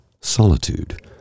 Solitude